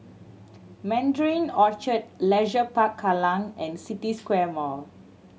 Mandarin Orchard Leisure Park Kallang and City Square Mall